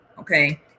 okay